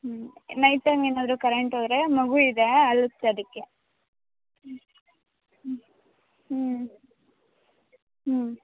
ಹ್ಞೂ ನೈಟ್ ಹಂಗ್ ಏನಾದರೂ ಕರೆಂಟ್ ಹೋದರೆ ಮಗು ಇದೆ ಅಳತ್ತೆ ಅದಕ್ಕೆ ಹ್ಞೂ ಹ್ಞೂ ಹ್ಞೂ ಹ್ಞೂ